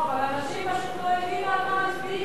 לא, אבל אנשים פשוט לא הבינו על מה מצביעים.